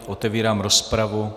Otevírám rozpravu.